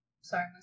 Sorry